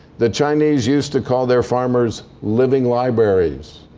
the chinese used to call their farmers living libraries.